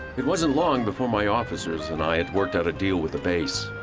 it wasn't long before my officers and i had worked out a deal with the base,